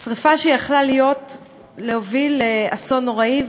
שרפה שיכולה הייתה להוביל לאסון נוראי,